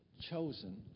chosen